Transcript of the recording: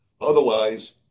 Otherwise